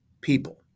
people